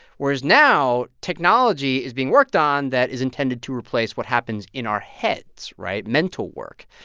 whereas now technology is being worked on that is intended to replace what happens in our heads right? mental work.